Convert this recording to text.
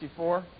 54